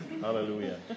Hallelujah